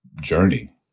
journey